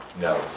No